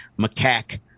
macaque